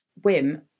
Wim